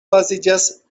baziĝas